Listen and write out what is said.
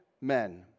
men